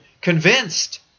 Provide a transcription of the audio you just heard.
convinced